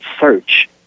search